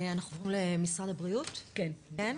בעצם